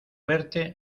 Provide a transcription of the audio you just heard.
verte